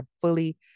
fully